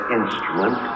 instrument